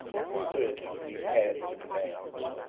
through which we had to pass.